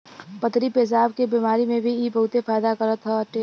पथरी पेसाब के बेमारी में भी इ बहुते फायदा करत बाटे